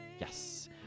Yes